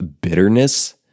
bitterness